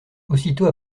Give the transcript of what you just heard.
aussitôt